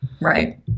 right